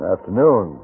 Afternoon